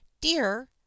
Dear